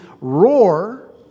roar